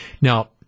Now